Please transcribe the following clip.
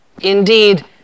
indeed